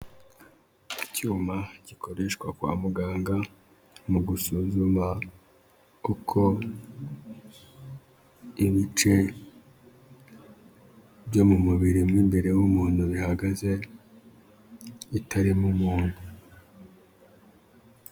Icyuma gikoreshwa kwa muganga mu gusuzuma kuko ibice byo mu mubiri mu imbere y'umuntu bihagaze itarimo umuntu.